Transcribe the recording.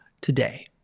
today